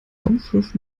raumschiff